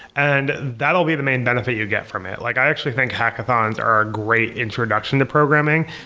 and that'll be the main benefit you get from it. like i actually think hackathons are a great introduction to programming,